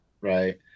Right